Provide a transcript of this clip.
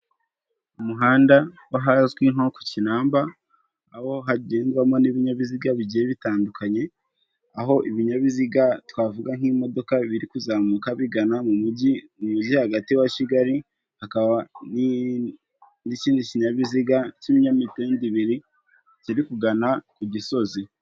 Umuhanda w'ahazwi nko ku kinamba, aho hagendwamo n'ibinyabiziga bigiye bitandukanye, aho ibinyabiziga twavuga nk'imodoka, biri kuzamuka bigana mu mujyi, mu mujyi hagati wa Kigali, hakaba n'ikindi kinyabiziga k'imitende ibiri, kiri kugana ku Gisozi.